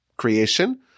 creation